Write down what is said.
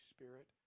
Spirit